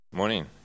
morning